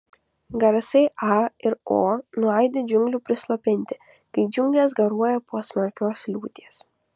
garsai a ir o nuaidi džiunglių prislopinti kai džiunglės garuoja po smarkios liūties